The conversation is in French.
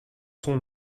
sont